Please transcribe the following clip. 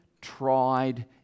tried